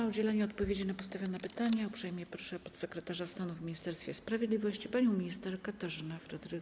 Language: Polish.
O udzielenie odpowiedzi na postawione pytania uprzejmie proszę podsekretarza stanu w Ministerstwie Sprawiedliwości panią minister Katarzynę Frydrych.